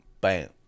Bam